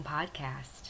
Podcast